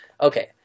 Okay